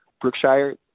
Brookshire